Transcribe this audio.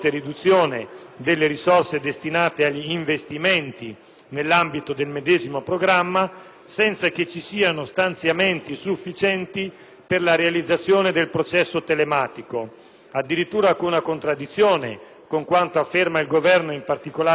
nell'ambito del medesimo programma, senza che vi siano stanziamenti sufficienti per la realizzazione del processo telematico, addirittura con una contraddizione con quanto afferma il Governo, in particolare il Ministro della giustizia, ripetutamente in pubblico.